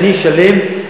אני אשלם,